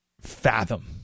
fathom